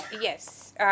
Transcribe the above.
Yes